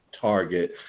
target